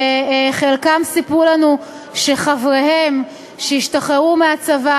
וחלקם סיפרו לנו שחבריהם שהשתחררו מהצבא